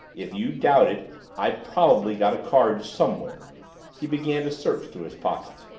if you doubt it i've probably got a card somewhere he began to search through his pockets.